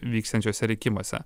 vyksiančiuose rinkimuose